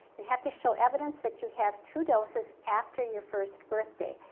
you have to show evidence that you have two doses after your first birthday.